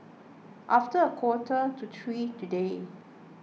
after a quarter to three today